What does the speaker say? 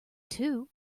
too